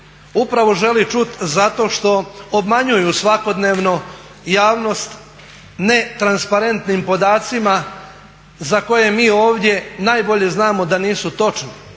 Upravo želi čuti zato što obmanjuju svakodnevno javnost netransparentnim podacima za koje mi ovdje najbolje znamo da nisu točni.